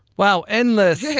wow, endless.